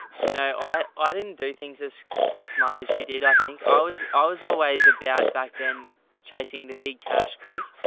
you know i i didn't do things as smart as he did. i think i always, always, always a bad back then chasing the big cash quick.